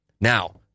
Now